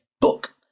book